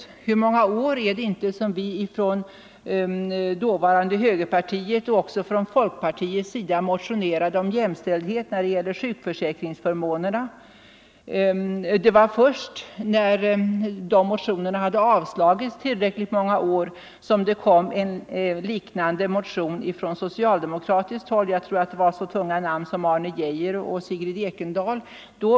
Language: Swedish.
Under hur många år motionerade inte vi inom dåvarande högerpartiet — liksom folkpartiet — om jämställdhet när det gäller sjukförsäkringsförmånerna? Det var först när dessa motioner hade avslagits under tillräckligt många år som det väcktes en liknande motion från socialdemokratiskt håll. Jag tror att det var så tunga namn som Arne Geijer och Sigrid Ekendahl som stod på den.